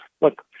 look